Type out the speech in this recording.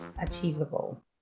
achievable